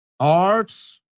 Arts